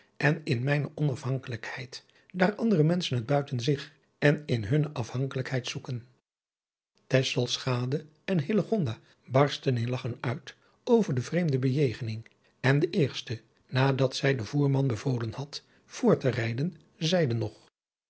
en in mijne onafhankelijkheid daar andere menschen het buiten zich en in hunne afhankelijkheid zoeken tesselschade en hillegonda barstten in lagchen uit over de vreemde bejegening en de eerste nadat zij den voerman bevolen had voortterijden zeide nog